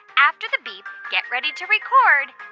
after the beep, get ready to record